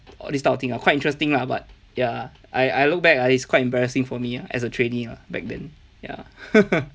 this type of thing lah quite interesting lah but ya I I look back ah it's quite embarrassing for me ah as a trainee ah back then